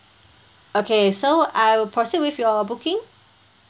okay so I will proceed with your booking